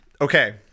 Okay